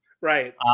Right